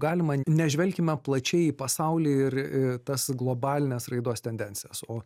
galima nežvelkime plačiai į pasaulį ir į tas globalines raidos tendencijas o